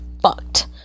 fucked